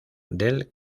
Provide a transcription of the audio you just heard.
del